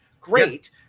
Great